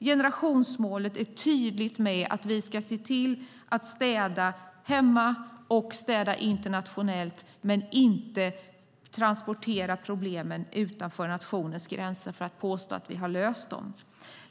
Generationsmålet är tydligt: Vi ska se till att städa hemma och internationellt, inte transportera problemen utanför nationens gränser för att sedan påstå att vi löst problemen.